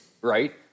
right